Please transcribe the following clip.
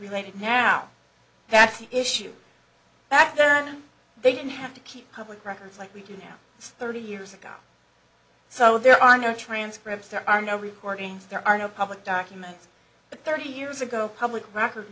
related now that's the issue back then they didn't have to keep public records like we do now thirty years ago so there are no transcripts there are no recordings there are no public documents but thirty years ago public record